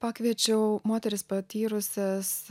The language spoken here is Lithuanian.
pakviečiau moteris patyrusias